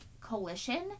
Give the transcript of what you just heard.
coalition